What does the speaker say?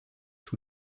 sous